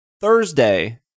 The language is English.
Thursday